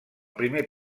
primer